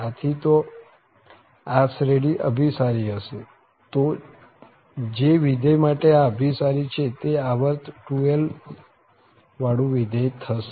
આથી તો આ શ્રેઢી અભિસારી હશે તો જે વિધેય માટે આ અભિસારી છે તે આવર્ત 2l વાળું વિધેય થશે